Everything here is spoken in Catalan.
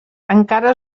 encara